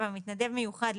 מתנדב מיוחד,